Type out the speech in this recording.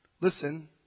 Listen